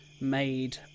made